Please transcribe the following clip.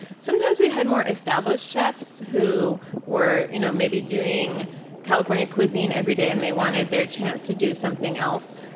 sometimes we had more established chefs who were, you know, maybe doing california cuisine everyday and they wanted their chance to do something else.